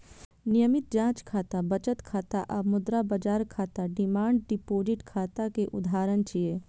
नियमित जांच खाता, बचत खाता आ मुद्रा बाजार खाता डिमांड डिपोजिट खाता के उदाहरण छियै